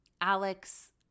Alex